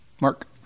Mark